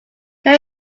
can